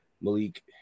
malik